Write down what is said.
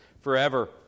forever